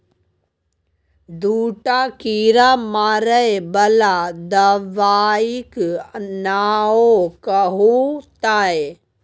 दूटा कीड़ा मारय बला दबाइक नाओ कहू तए